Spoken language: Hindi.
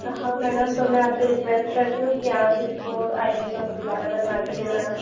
हाँ मैडम तो मैं आपसे रिक्वेस्ट करती हूँ कि आप इसको आई डी को दुबारा बनवा दीजिए मैडम